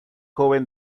joven